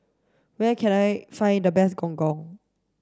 where can I find the best Gong Gong